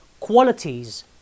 qualities